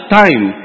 time